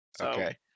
Okay